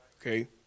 Okay